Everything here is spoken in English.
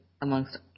amongst